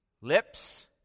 Lips